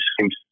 seems